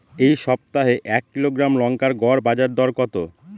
এই সপ্তাহে এক কিলোগ্রাম লঙ্কার গড় বাজার দর কত?